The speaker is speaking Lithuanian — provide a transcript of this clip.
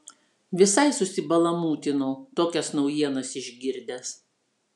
visai susibalamūtinau tokias naujienas išgirdęs